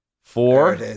Four